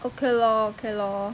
okay lor okay lor